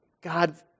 God